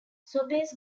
sobeys